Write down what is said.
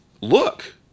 look